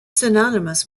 synonymous